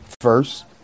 first